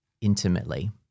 intimately